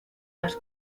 las